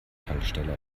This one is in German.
tankstelle